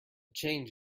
change